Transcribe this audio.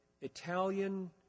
Italian